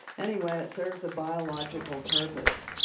anyway, it serves a biological purpose